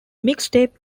mixtape